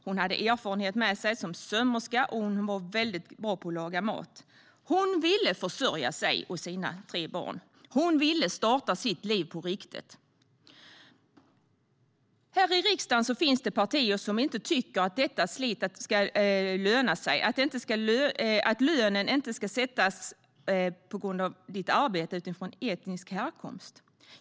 Hon hade erfarenhet med sig som sömmerska, och hon var bra på att laga mat. Hon ville försörja sig och sina tre barn. Hon ville starta sitt liv på riktigt. Här i riksdagen finns det partier som inte tycker att detta slit ska löna sig, att lönen inte ska sättas på grund av arbetet utan utifrån etnisk härkomst.